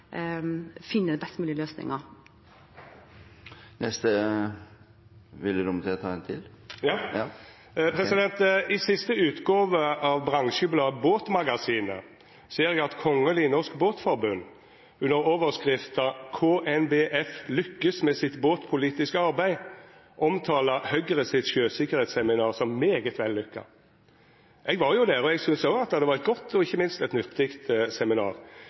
finne best mulige løsninger. I siste utgåve av bransjebladet Båtmagasinet ser eg at Kongelig Norsk Båtforbund under overskrifta «KNBF lykkes med sitt båtpolitiske arbeid» omtalar Høgres sjøsikkerheitsseminar som «meget vellykket». Eg var jo der, og eg syntest òg det var eit godt og ikkje minst eit nyttig seminar